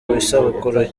isabukuru